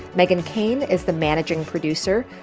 megan keane is the managing producer.